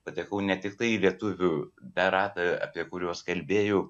patekau ne tiktai į lietuvių tą ratą apie kuriuos kalbėjau